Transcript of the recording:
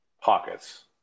pockets